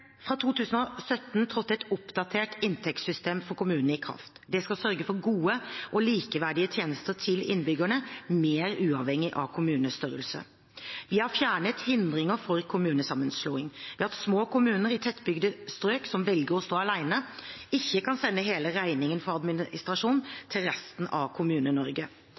Fra 2017 trådte et oppdatert inntektssystem for kommunene i kraft. Det skal sørge for gode og likeverdige tjenester til innbyggerne, mer uavhengig av kommunestørrelse. Vi har fjernet hindringer for kommunesammenslåing ved at små kommuner i tettbygde strøk som velger å stå alene, ikke kan sende hele regningen for administrasjon til resten av